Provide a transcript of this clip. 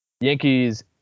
Yankees